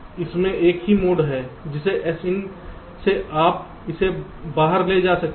इसमें एक मोड भी है जिसमें Sin से आप इसे बाहर ले जा सकते हैं